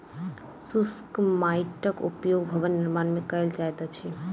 शुष्क माइटक उपयोग भवन निर्माण मे कयल जाइत अछि